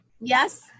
Yes